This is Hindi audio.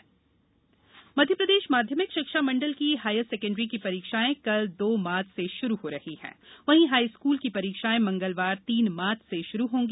बोर्ड परीक्षा मध्यप्रदेश माध्यमिक शिक्षा मण्डल की हायर सेकेण्डरी की परीक्षायें कल दो मार्च से शुरू हो रही है वहीं हाईस्कूल की परीक्षायें मंगलवार तीन मार्च से शुरू होंगी